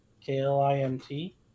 k-l-i-m-t